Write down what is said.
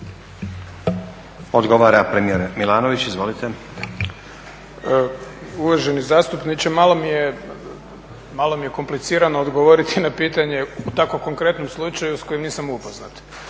Odgovara premijer Milanović. Izvolite. **Milanović, Zoran (SDP)** Uvaženi zastupniče, malo mi je komplicirano odgovoriti na pitanje u tako konkretnom slučaju s kojim nisam upoznat.